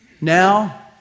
Now